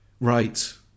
right